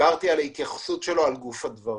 דברתי על ההתייחסות שלו לגוף הדברים.